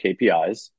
KPIs